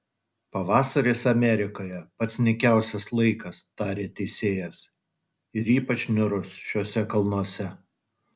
pavasaris amerikoje pats nykiausias laikas tarė teisėjas ir ypač niūrus šiuose kalnuose